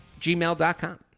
gmail.com